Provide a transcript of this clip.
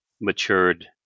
matured